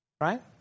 Right